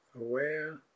aware